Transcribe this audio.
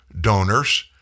donors